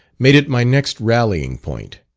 made it my next rallying point.